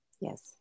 Yes